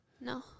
No